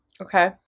Okay